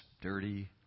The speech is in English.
dirty